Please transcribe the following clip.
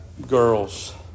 girls